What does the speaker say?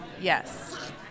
Yes